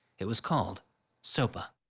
it was called sopa.